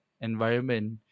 environment